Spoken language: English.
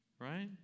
right